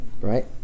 Right